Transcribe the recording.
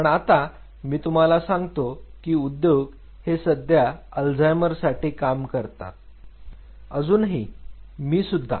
तर आता मी तुम्हाला सांगतो कि उद्योग हे सध्या अल्झायमर साठी काम करतात अजूनही मी सुद्धा